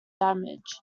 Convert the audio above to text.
damage